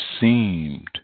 seemed